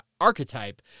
archetype